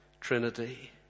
trinity